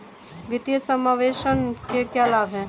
वित्तीय समावेशन के क्या लाभ हैं?